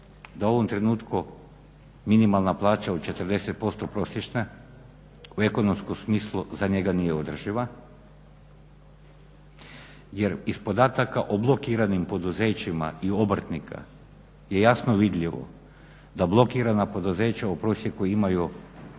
da u ovom trenutku minimalna plaća od 40% prosječne u ekonomskom smislu za njega nije održiva jer iz podataka o blokiranim poduzećima i obrtnika je jasno vidljivo da blokirana poduzeća u prosjeku imaju,